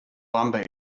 lumber